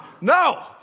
no